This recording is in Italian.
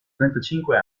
trentacinque